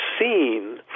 seen